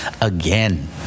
again